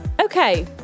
Okay